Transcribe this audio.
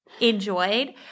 enjoyed